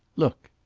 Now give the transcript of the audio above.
look!